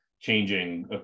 changing